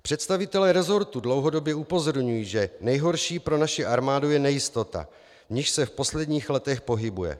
Představitelé resortu dlouhodobě upozorňují, že nejhorší pro naši armádu je nejistota, v níž se v posledních letech pohybuje.